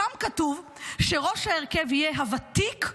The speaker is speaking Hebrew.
שם כתוב שראש ההרכב יהיה הוותיק,